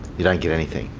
you don't get anything?